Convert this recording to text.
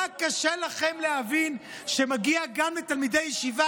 מה קשה לכם להבין בזה שגם לתלמידי ישיבה